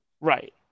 Right